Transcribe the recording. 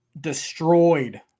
destroyed